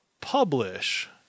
publish